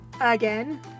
again